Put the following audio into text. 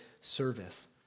service